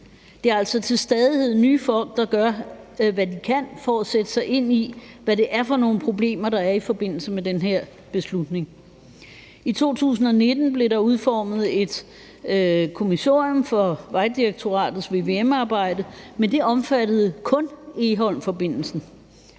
Det er altså til stadighed nye folk, der gør, hvad de kan, for at sætte sig ind i, hvad det er for nogle problemer, der er i forbindelse med den her beslutning. I 2019 blev der udformet et kommissorium for Vejdirektoratets vvm-arbejde, men det omfattede kun Egholmforbindelsen.